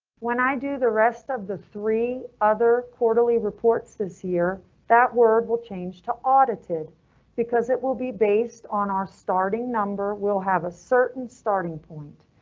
when i do the rest of the three other quarterly reports this year, that word will change to audited because it will be based on our starting number, will have a certain starting point,